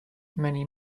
many